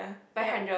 ya